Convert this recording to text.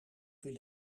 viel